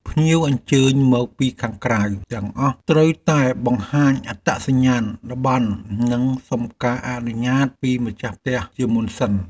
ភ្ញៀវអញ្ជើញមកពីខាងក្រៅទាំងអស់ត្រូវតែបង្ហាញអត្តសញ្ញាណប័ណ្ណនិងសុំការអនុញ្ញាតពីម្ចាស់ផ្ទះជាមុនសិន។